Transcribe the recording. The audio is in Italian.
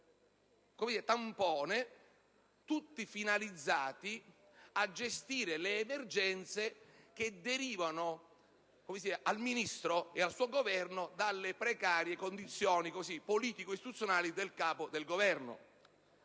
interventi tampone tutti finalizzati a gestire le emergenze che derivano al Ministro ed al relativo Governo dalle precarie condizioni politico-istituzionali del Capo del Governo.